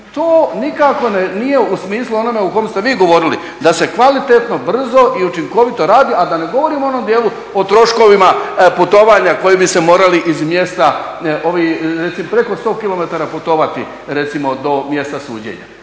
To nikako nije u smislu onome u kome ste vi govorili da se kvalitetno, brzo i učinkovito radi, a da ne govorim o onom dijelu o troškovima putovanja koji bi se morali iz mjesta reko 100km putovati recimo do mjesta suđenja,